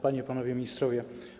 Panie i Panowie Ministrowie!